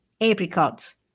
apricots